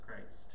Christ